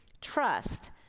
trust